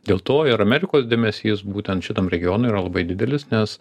dėl to ir amerikos dėmesys būtent šitam regionui yra labai didelis nes